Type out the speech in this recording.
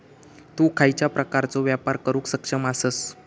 तु खयच्या प्रकारचो व्यापार करुक सक्षम आसस?